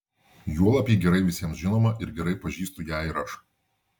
juolab ji gerai visiems žinoma ir gerai pažįstu ją ir aš